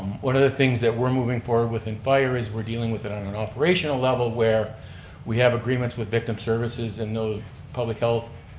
one of the things that we're moving forward with in fire is we're dealing with on an operational level where we have agreements with victim services and the public health,